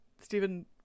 Stephen